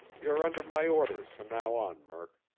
you're under my orders from now on, murk.